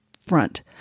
front